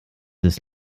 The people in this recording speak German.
ist